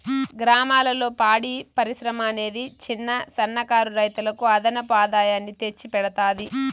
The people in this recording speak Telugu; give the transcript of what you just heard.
గ్రామాలలో పాడి పరిశ్రమ అనేది చిన్న, సన్న కారు రైతులకు అదనపు ఆదాయాన్ని తెచ్చి పెడతాది